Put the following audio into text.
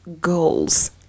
goals